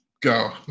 Go